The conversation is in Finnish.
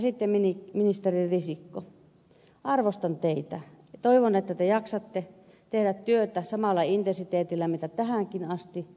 sitten ministeri risikko arvostan teitä ja toivon että te jaksatte tehdä työtä samalla intensiteetillä kuin tähänkin asti